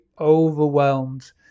overwhelmed